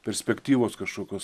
perspektyvos kažkokios